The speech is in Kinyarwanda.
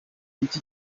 iki